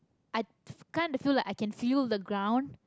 i kinda feel like i can feel the ground